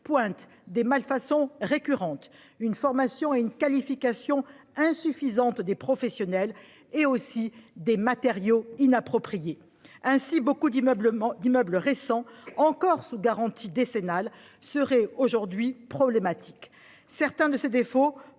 pointe des malfaçons récurrentes, une formation et une qualification insuffisantes des professionnels et des matériaux inappropriés. Ainsi, beaucoup d'immeubles récents, encore sous garantie décennale, seraient aujourd'hui problématiques. Certains de ces défauts